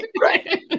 Right